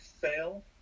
fail